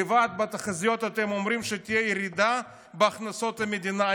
לבד בתחזיות אתם אומרים שתהיה ירידה בהכנסות המדינה.